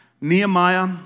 nehemiah